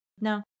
no